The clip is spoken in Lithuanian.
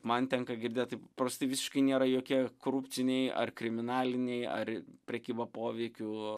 man tenka girdėt prastai visiškai nėra jokie korupciniai ar kriminaliniai ar prekyba poveikiu